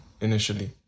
initially